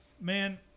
man